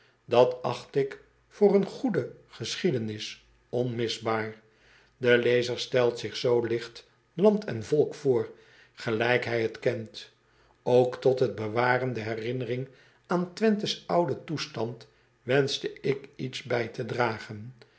at acht ik voor eene g o e d e geschiedenis onmisbaar e lezer stelt zich zoo ligt land en volk voor gelijk hij het kent ok tot het bewaren der herinnering aan wenthe s ouden toestand wenschte ik iets bij te dragen